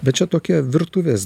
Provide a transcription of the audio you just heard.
bet čia tokia virtuvės